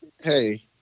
hey